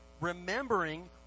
remembering